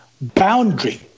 boundary